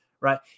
right